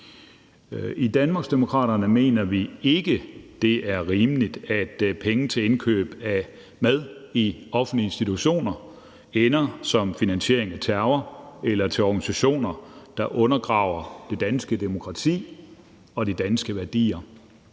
I Danmarksdemokraterne mener vi ikke, det er rimeligt, at penge til indkøb af mad i offentlige institutioner ender som finansiering af terror eller hos organisationer, der undergraver det danske demokrati og de danske værdier,